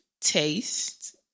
Taste